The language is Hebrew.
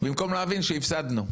במקום להבין שהפסדנו.